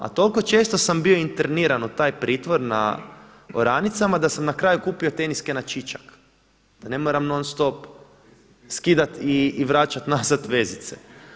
A toliko često sam bio interniran u taj pritvor na oranicama da sam na kraju kupio tenisice na čičak da ne moram non-stop skidati i vraćati nazad vezice.